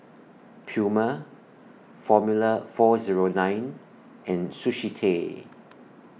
Puma Formula four Zero nine and Sushi Tei